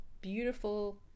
beautiful